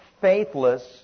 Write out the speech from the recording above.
faithless